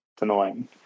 annoying